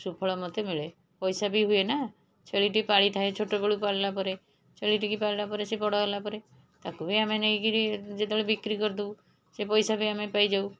ସୁଫଳ ମୋତେ ମିଳେ ପଇସା ବି ହୁଏ ନା ଛେଳିଟି ପାଳିଥାଏ ଛୋଟବେଳୁ ପାଳିଲାପରେ ଛେଳିଟିକୁ ପାଳିଲାପରେ ସିଏ ବଡ଼ ହେଲାପରେ ତାକୁ ବି ଆମେ ନେଇକିରି ଯେତେବେଳେ ବିକ୍ରି କରିଦେଉ ସେ ପଇସା ବି ଆମେ ପାଇଯାଉ